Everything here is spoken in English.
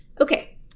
Okay